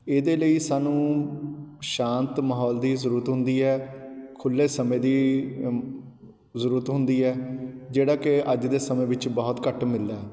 ਇਹਦੇ ਲਈ ਸਾਨੂੰ ਸ਼ਾਂਤ ਮਾਹੌਲ ਦੀ ਜ਼ਰੂਰਤ ਹੁੰਦੀ ਹੈ ਖੁੱਲ੍ਹੇ ਸਮੇਂ ਦੀ ਜ਼ਰੂਰਤ ਹੁੰਦੀ ਹੈ ਜਿਹੜਾ ਕਿ ਅੱਜ ਦੇ ਸਮੇਂ ਵਿੱਚ ਬਹੁਤ ਘੱਟ ਮਿਲਦਾ ਹੈ